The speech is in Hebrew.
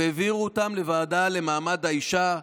והעבירו אותם לוועדה למעמד האישה,